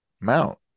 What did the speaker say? mount